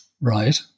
Right